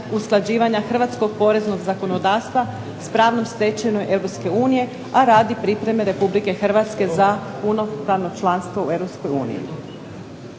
usklađivanja Hrvatskog poreznog zakonodavstva s pravnom stečevinom Europske unije a radi pripreme Republike Hrvatske za punopravno članstvo u